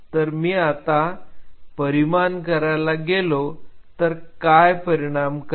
जर मी आता परिमान करायला गेलो तर काय परिमान करावे